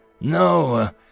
no